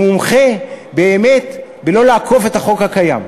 הוא מומחה באמת בלא לאכוף את החוק הקיים.